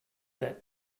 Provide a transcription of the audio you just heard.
that